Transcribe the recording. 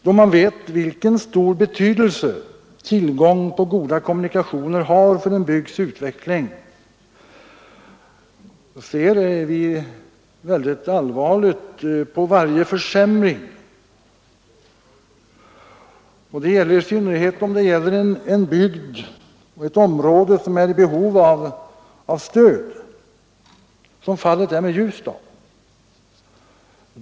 Då vi vet vilken stor betydelse tillgången på goda kommunikationer har för en bygds utveckling, ser vi mycket allvarligt på varje försämring. Det gäller särskilt sådana områden som är i behov av stöd, såsom fallet är med Ljusdal.